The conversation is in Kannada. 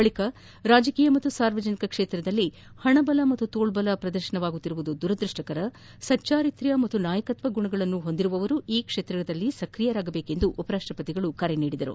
ಬಳಕ ರಾಜಕೀಯ ಮತ್ತು ಸಾರ್ವಜನಿಕ ಕ್ಷೇತ್ರದಲ್ಲಿ ಹಣಬಲ ಮತ್ತು ತೋಳ್ಲಲ ಪ್ರದರ್ಶನಗೊಳ್ಳುತ್ತಿರುವುದು ದುರದ್ವಷ್ಷಕರ ಸಚ್ಚಾರಿತ್ರ ಮತ್ತು ನಾಯಕತ್ವ ಗುಣ ಇರುವವರು ಈ ಕ್ಷೇತ್ರದಲ್ಲಿ ಸ್ಕ್ರಿಯರಾಗಬೇಕು ಎಂದು ಉಪರಾಪ್ಲಪತಿ ಕರೆ ನೀಡಿದರು